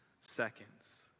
seconds